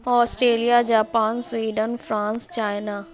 Australia Japan Sweden France China